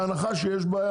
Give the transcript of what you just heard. בהנחה שיש בעיה,